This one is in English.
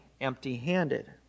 empty-handed